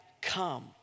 come